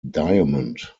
diamond